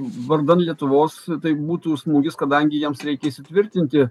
vardan lietuvos tai būtų smūgis kadangi jiems reikia įsitvirtinti